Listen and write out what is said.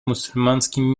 мусульманским